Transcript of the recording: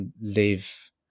live